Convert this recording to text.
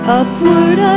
upward